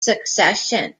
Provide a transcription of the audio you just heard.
succession